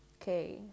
Okay